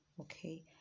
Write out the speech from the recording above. Okay